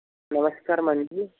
నమస్కారమండి